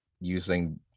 using